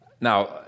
Now